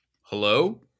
Hello